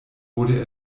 wurde